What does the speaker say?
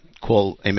call